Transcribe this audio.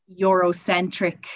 Eurocentric